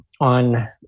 on